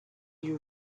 you